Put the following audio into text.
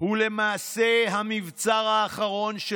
הוא למעשה המבצר האחרון של